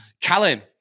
Callum